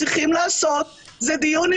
נכון מאוד.